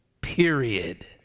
period